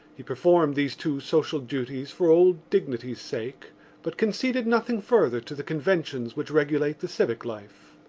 he performed these two social duties for old dignity's sake but conceded nothing further to the conventions which regulate the civic life.